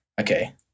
okay